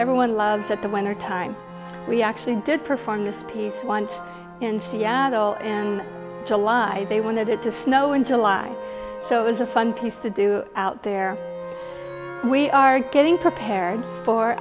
everyone loves at the winter time we actually did perform this piece once in seattle and july they wanted it to snow in july so it was a fun place to do out there we are getting prepared for